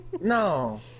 No